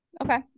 okay